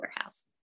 warehouse